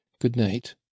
good-night